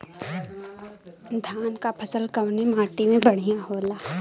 धान क फसल कवने माटी में बढ़ियां होला?